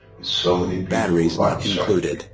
so many beautiful lights shining,